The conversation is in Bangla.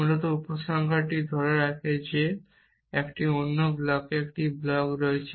মূলত উপসংহারটি ধরে রাখে যে একটি অন্য ব্লকে একটি ব্লক রয়েছে